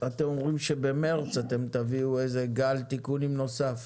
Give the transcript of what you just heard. אתם אומרים שבמרץ אתם תביאו איזה גל תיקונים נוסף.